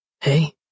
Hey